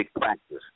practice